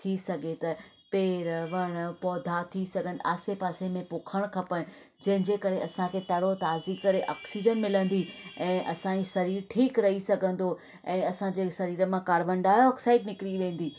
थी सघे त पेर वण पोधा थी सघनि आसे पासे में पोइ खड़ खपनि जंहिंजे करे असांखे तरो ताजी करे ऑक्सीजन मिलंदी ऐं असांजे शरीर ठीकु रही सघंदो ऐं असांजे शरीर मां कार्बन डाईऑक्साइड निकिरी वेंदी